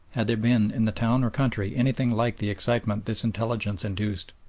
had there been in the town or country anything like the excitement this intelligence induced.